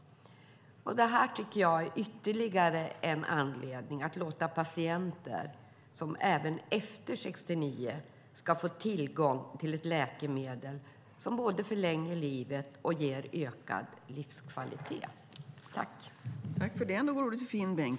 Detta tycker jag är ytterligare en anledning att låta även patienter som har fyllt 69 år få tillgång till ett läkemedel som både förlänger livet och ger ökad livskvalitet.